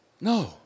No